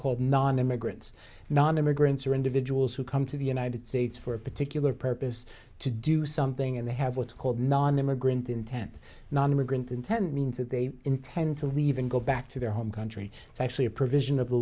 called non immigrants non immigrants or individuals who come to the united states for a particular purpose to do something and they have what's called non immigrant intent nonimmigrant intent means that they intend to leave and go back to their home country it's actually a provision of the